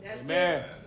Amen